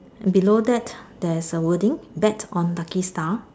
below that there's a wording bet on lucky star